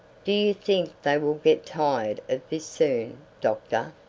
do you think they will get tired of this soon, doctor?